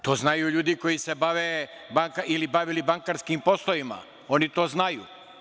To znaju ljudi koji se bave ili se bave bankarskim poslovima, oni to znaju.